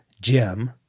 Jim